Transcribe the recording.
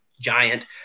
giant